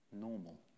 normal